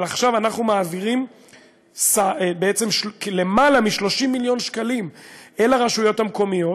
אבל עכשיו אנחנו מעבירים למעלה מ-30 מיליון שקלים אל הרשויות המקומיות.